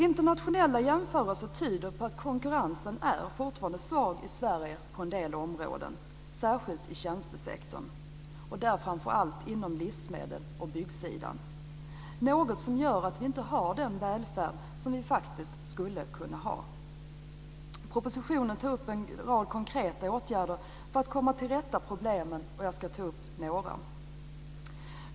Internationella jämförelser tyder på att konkurrensen fortfarande är svag på en del områden i Sverige, särskilt i tjänstesektorn och där framför allt inom livsmedel och byggsidan. Det gör att vi inte har den välfärd vi faktiskt skulle kunna ha. I propositionen tas upp en rad konkreta åtgärder för att komma till rätta med problemen. Jag ska ta upp några.